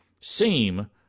seem